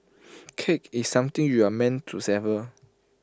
cake is something you are meant to savour